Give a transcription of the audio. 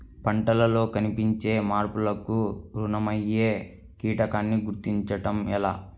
పంటలలో కనిపించే మార్పులకు కారణమయ్యే కీటకాన్ని గుర్తుంచటం ఎలా?